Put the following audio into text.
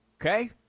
Okay